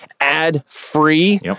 ad-free